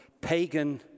pagan